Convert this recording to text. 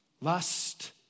lust